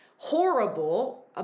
horrible